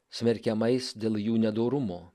smerkiamais dėl jų nedorumo